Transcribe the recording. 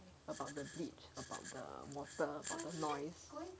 about the bleach about the water noise